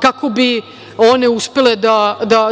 kako bi one uspele